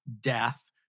death